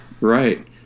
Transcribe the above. right